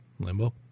Limbo